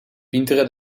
pientere